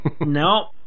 no